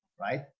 right